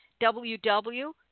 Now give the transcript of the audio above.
WW